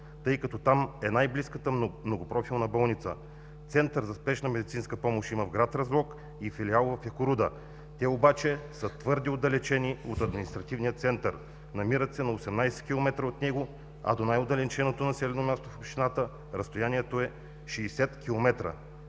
тъй като там е най-близката многопрофилна болница. Център за спешна медицинска помощ има в град Разлог и филиал в Якоруда. Те обаче са твърде отдалечени от административния център. Намират се на 18 км от него, а до най-отдалеченото населено място в общината разстоянието е 60 км.